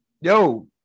yo